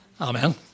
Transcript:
Amen